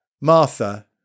Martha